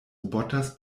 roboters